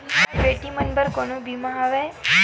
का बेटी मन बर कोनो बीमा हवय?